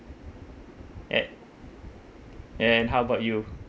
and how about you